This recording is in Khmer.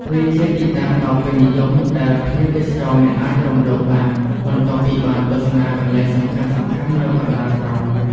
វាជាទីតាំងដ៏ពេញនិយម ដែលភ្ញៀវទេសចរមិនអាចរំលងបាន បន្ទាប់ពីបានទស្សនាកន្លែងសំខាន់ៗនៅកណ្តាលក្រុង។